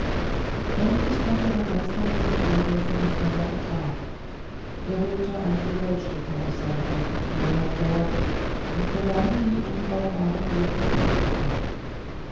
endlich konnte der meister diese vorwürfe nicht länger ertragen er holte einige goldstücke aus seiner alten truhe hervor und begann die unbrauchbaren uhren